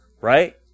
Right